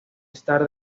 estar